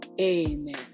Amen